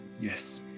Yes